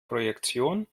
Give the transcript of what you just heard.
projektion